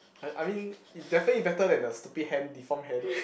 I I mean it definitely better than the stupid hand deform hand